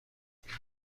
چیزی